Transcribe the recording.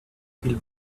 viel